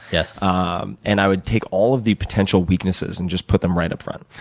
yeah ah and i would take all of the potential weaknesses and just put them right up front.